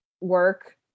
work